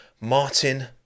Martin